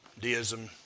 Deism